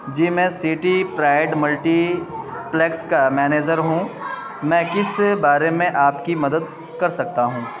جی میں city pride multiplex کا manager ہوں میں کس بارے میں آپ کی مدد کر سکتا ہوں